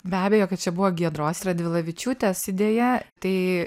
be abejo kad čia buvo giedros radvilavičiūtės idėja tai